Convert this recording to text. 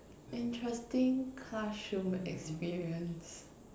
interesting classroom experience